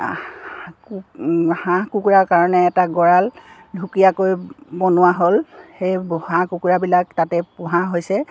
হু হাঁহ কুকুৰাৰ কাৰণে এটা গঁৰাল ঢুকীয়াকৈ বনোৱা হ'ল সেই হাঁহ কুকুৰাবিলাক তাতে পোহা হৈছে